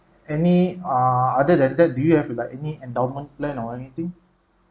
any err other than that do you have like any endowment plan or anything